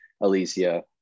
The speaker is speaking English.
Alicia